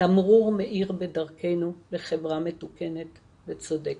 תמרור מאיר בדרכנו לחברה מתוקנת וצודקת.